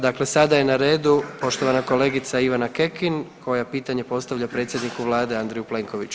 Dakle, sada je na redu poštovana kolegica Ivana Kekin koja pitanje postavlja predsjedniku vlade Andreju Plenkoviću.